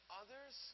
others